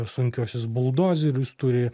sunkiuosius buldozerius turi